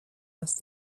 asked